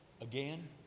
again